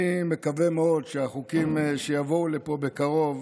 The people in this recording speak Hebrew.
אני מקווה מאוד שהחוקים שיבואו לפה בקרוב